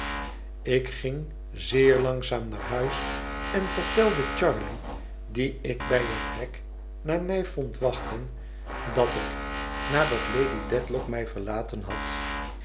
ik ging zeer langzaam naar huis en vertelde charley die ik bij het hek naar mij vond wachten dat ik nadat lady dedlock mij verlaten had